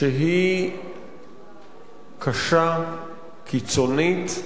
שהיא קשה, קיצונית,